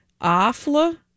afla